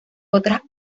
otras